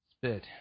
Spit